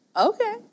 okay